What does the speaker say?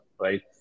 right